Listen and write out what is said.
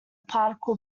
particle